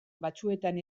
batzuetan